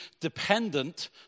dependent